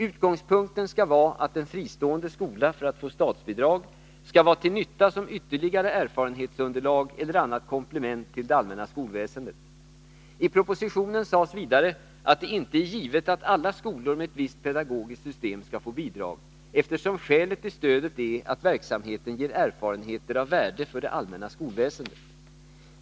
Utgångspunkten skall vara att en fristående skola för att få statsbidrag skall vara till nytta som ytterligare erfarenhetsunderlag eller annat komplement till det allmänna skolväsendet. I propositionen sades vidare att det inte är givet att alla skolor med ett visst pedagogiskt system skall få bidrag, eftersom skälet till stödet är att verksamheten ger erfarenheter av värde för det allmänna skolväsendet.